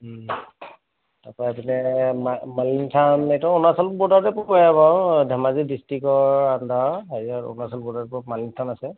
তাপা এইপিনে মা মালিনি থান সেইটো অৰুণাচল বৰ্ডাৰতে পৰে বাৰু ধেমাজি ডিষ্ট্ৰিক্টৰ আণ্ডাৰৰ হেৰি আৰু অৰুণাচল বৰ্ডাৰ পৰা মালিনি থান আছে